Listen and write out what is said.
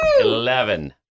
Eleven